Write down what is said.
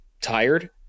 tired